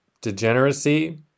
degeneracy